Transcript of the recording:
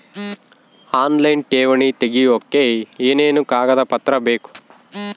Online ಠೇವಣಿ ತೆಗಿಯೋದಕ್ಕೆ ಏನೇನು ಕಾಗದಪತ್ರ ಬೇಕು?